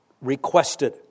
requested